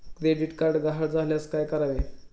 Credit card गहाळ झाल्यास काय करावे?